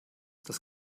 das